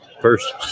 first